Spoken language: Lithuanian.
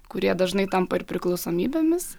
kurie dažnai tampa ir priklausomybėmis